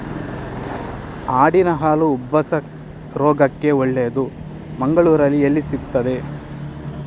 ಆಡಿನ ಹಾಲು ಉಬ್ಬಸ ರೋಗಕ್ಕೆ ಒಳ್ಳೆದು, ಮಂಗಳ್ಳೂರಲ್ಲಿ ಎಲ್ಲಿ ಸಿಕ್ತಾದೆ?